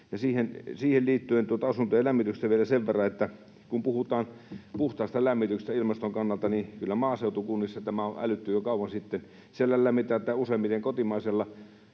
Siihen liittyen asuntojen lämmityksestä vielä sen verran, että kun puhutaan puhtaasta lämmityksestä ilmaston kannalta, kyllä maaseutukunnissa tämä on älytty jo kauan sitten, ja siellä lämmitetään useimmiten kotimaisella